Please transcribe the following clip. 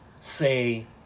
say